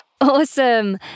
awesome